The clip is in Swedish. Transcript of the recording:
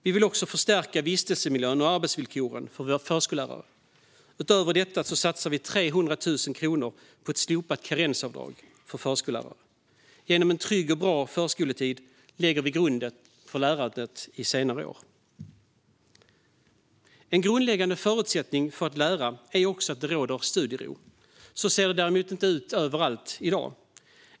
Vi vill också förstärka vistelsemiljön och arbetsvillkoren för våra förskollärare. Utöver detta satsar vi 300 000 kronor på ett slopat karensavdrag för förskollärare. Genom en trygg och bra förskoletid lägger vi grunden för lärandet i senare år. En grundläggande förutsättning för att lära är också att det råder studiero. Så ser det däremot inte ut överallt i dag.